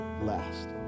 Last